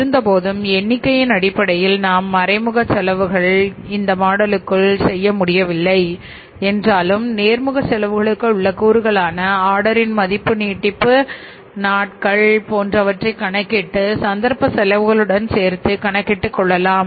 இருந்தபோதும் எண்ணிக்கையின் அடிப்படையில் நாம் மறைமுக செலவுகள் இந்த மாடலுக்கு செய்ய முடியவில்லை என்றாலும் நேர்முக செலவுகளுக்கு உள்ள கூறுகளான ஆர்டரின் மதிப்பு நீட்டிப்பு நாட்கள் போன்றவற்றை கணக்கிட்டு சந்தர்ப்ப செலவுகளுடன் சேர்த்து கணக்கிட்டுக் கொள்ளலாம்